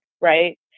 right